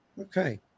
okay